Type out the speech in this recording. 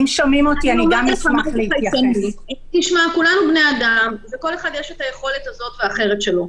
כולנו בני אדם, לכל אחד יש יכולת כזאת ואחרת שלו.